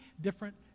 different